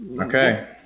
Okay